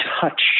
touch